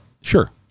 Sure